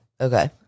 Okay